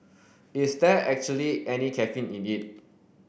is there actually any caffeine in it